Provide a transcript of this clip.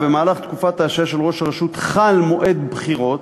אם במהלך תקופת ההשעיה של ראש הרשות חל מועד בחירות,